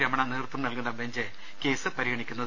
രമണ നേതൃത്വം നൽകുന്ന bench case പരിഗണിക്കുന്നത്